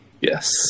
Yes